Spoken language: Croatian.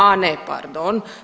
A ne, pardon.